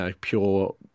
pure